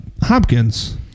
Hopkins